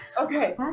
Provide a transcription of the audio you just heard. Okay